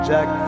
Jack